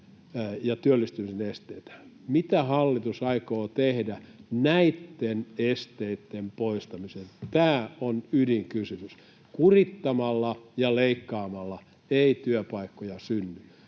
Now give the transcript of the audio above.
Mitä hallitus aikoo tehdä näitten esteitten poistamiseksi? Tämä on ydinkysymys. Kurittamalla ja leikkaamalla ei työpaikkoja synny.